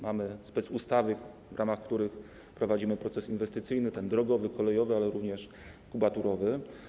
Mamy specustawy, w ramach których prowadzimy proces inwestycyjny, ten drogowy, kolejowy, ale również kubaturowy.